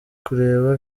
kureba